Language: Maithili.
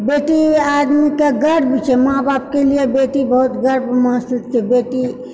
बेटी आदमीके गर्व छिऐ माँ बापके लिअऽ बेटी बहुत गर्व महसूस छै बेटी